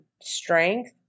strength